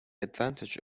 advantage